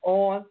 on